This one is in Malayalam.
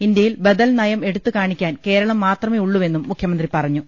ഇന്ത്യയിൽ ബദൽ നയം എടുത്തുകാണിക്കാൻ കേരളം മാത്രമേ ഉള്ളൂവെന്നും മുഖ്യമന്ത്രി പറഞ്ഞു